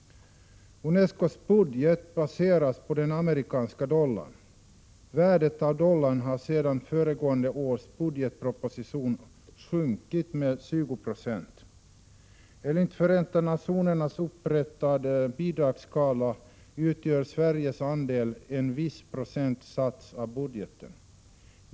UNESCO:s budget baserades på den amerikanska dollarn. Värdet av dollarn har sedan föregående års budgetproposition sjunkit med 20 20. Enligt den av Förenta nationerna upprättade bidragsskalan utgör Sveriges andel en viss procentsats av budgeten.